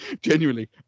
genuinely